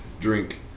drink